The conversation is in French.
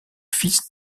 fils